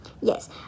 yes